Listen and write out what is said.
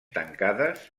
tancades